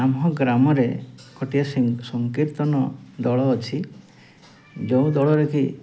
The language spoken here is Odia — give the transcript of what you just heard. ଆମ ଗ୍ରାମରେ ଗୋଟିଏ ସଂକୀର୍ତ୍ତନ ଦଳ ଅଛି ଯେଉଁ ଦଳରେ କି